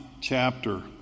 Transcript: chapter